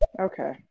Okay